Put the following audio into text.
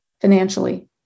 financially